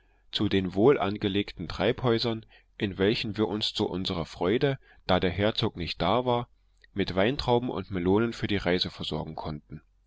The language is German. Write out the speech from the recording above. zu den wohl angelegten treibhäusern in welchen wir uns zu unserer freude da der herzog nicht da war mit weintrauben und melonen für die reise versorgen konnten